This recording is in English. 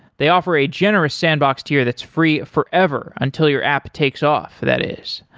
they offer a generous sandbox tier that's free forever until your app takes off, that is.